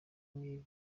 niba